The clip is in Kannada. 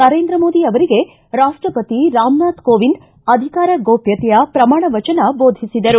ನರೇಂದ್ರ ಮೋದಿ ಅವರಿಗೆ ರಾಪ್ಷಸತಿ ರಾಮನಾಥ ಕೋವಿಂದ ಅಧಿಕಾರ ಗೋಷ್ಣತೆಯ ಪ್ರಮಾಣ ವಚನ ಬೋಧಿಸಿದರು